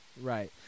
Right